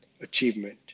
achievement